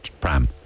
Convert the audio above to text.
pram